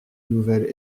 nouvel